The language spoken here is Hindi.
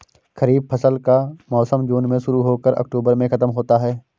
खरीफ फसल का मौसम जून में शुरू हो कर अक्टूबर में ख़त्म होता है